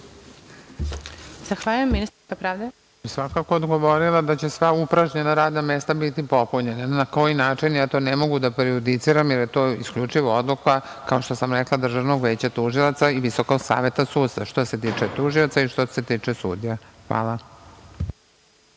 Zahvaljujem. Ministarka pravde. **Maja Popović** Svakako bih odgovorila da će sva upražnjena radna mesta biti popunjena. Na koji način ja to ne mogu da prejudiciram, jer je to isključivo odluka, kao što sam rekla, Državnog veća tužilaca i Visokog saveta sudstva, što se tiče tužioca i što se tiče sudija. Hvala.